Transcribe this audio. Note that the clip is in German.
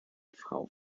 frau